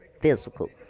physical